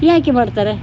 ಯಾಕೆ ಮಾಡ್ತಾರೆ